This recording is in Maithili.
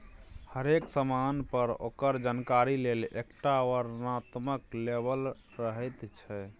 हरेक समान पर ओकर जानकारी लेल एकटा वर्णनात्मक लेबल रहैत छै